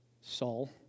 Saul